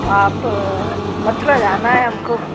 आप मथुरा जाना हैं हम को